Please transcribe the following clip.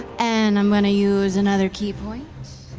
and i'm going to use another ki point.